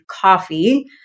coffee